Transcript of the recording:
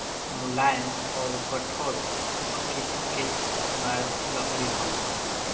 मुलायम अउर कठोर दू किसिम के इमारती लकड़ी होला